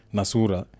Nasura